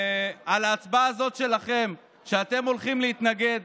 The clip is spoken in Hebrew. בהצבעה שלכם שאתם הולכים להתנגד,